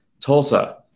Tulsa